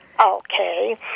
Okay